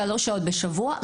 3 שעות בשבוע,